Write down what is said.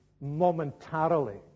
momentarily